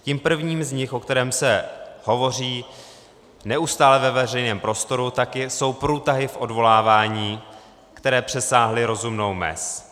Tím prvním z nich, o kterém se hovoří neustále ve veřejném prostoru, jsou průtahy v odvolávání, které přesáhly rozumnou mez.